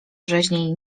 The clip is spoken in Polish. rzeźni